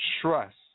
Trust